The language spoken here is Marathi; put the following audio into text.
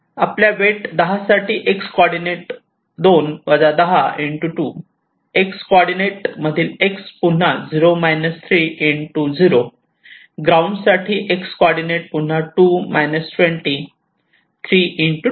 आपल्या वेट 10 साठी एक्स कॉर्डीनेट 2 10 2 एक्स कॉर्डीनेट मधील एक्स पुन्हा 0 3 0 ग्राउंड साठी एक्स कॉर्डीनेट पुन्हा 2 20 3 2